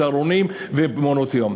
צהרונים ומעונות-יום.